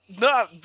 no